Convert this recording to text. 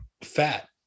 fat